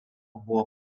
buvo